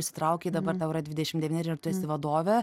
įsitraukei dabar tau yra dvidešim devyneri ir tu esi vadovė